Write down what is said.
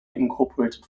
incorporated